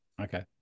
Okay